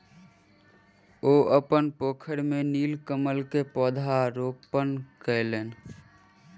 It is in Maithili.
ओ अपन पोखैर में नीलकमल के पौधा रोपण कयलैन